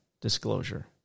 disclosure